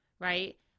right